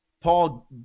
Paul